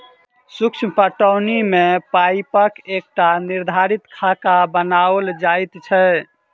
सूक्ष्म पटौनी मे पाइपक एकटा निर्धारित खाका बनाओल जाइत छै